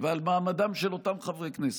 ועל מעמדם של אותם חברי כנסת.